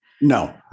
No